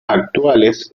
actuales